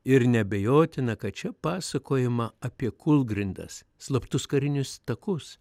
ir neabejotina kad čia pasakojama apie kūlgrindas slaptus karinius takus